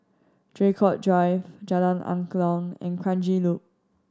Draycott Drive Jalan Angklong and Kranji Loop